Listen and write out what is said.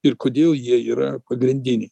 ir kodėl jie yra pagrindiniai